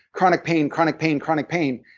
chronic pain chronic pain, chronic pain,